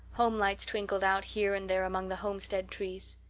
home lights twinkled out here and there among the homestead trees.